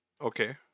Okay